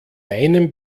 meinem